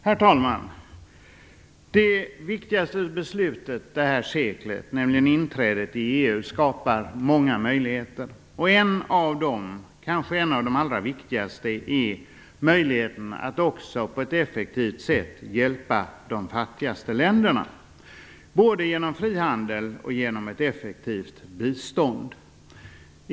Herr talman! Det viktigaste beslutet det här seklet, nämligen inträdet i EU, skapar många möjligheter. En av dem, kanske en av de allra viktigaste, är möjligheten att på ett effektivt sätt också hjälpa de fattigaste länderna, både genom frihandel och genom ett effektivt bistånd.